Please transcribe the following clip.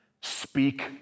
speak